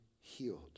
healed